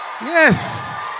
Yes